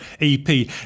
EP